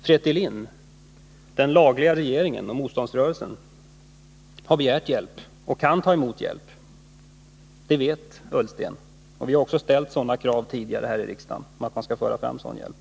Fretilin, den lagliga regeringen och motståndsrörelsen, har begärt hjälp och kan ta emot hjälp — det vet Ola Ullsten — och vi har också ställt krav tidigare här i riksdagen om att man skall föra fram sådan hjälp.